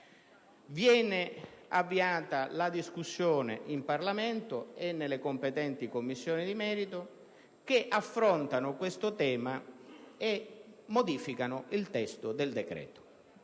dunque avviata la discussione in Parlamento e nelle competenti Commissioni di merito, che affrontarono questo tema e modificarono il testo del decreto.